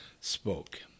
spoke